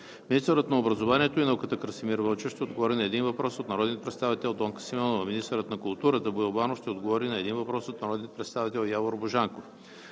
Министърът на образованието и науката Красимир Вълчев ще отговори на един въпрос от народния представител Донка Симеонова. 4. Министърът на културата Боил Банов ще отговори на един въпрос от народния представител Явор Божанков.